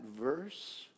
verse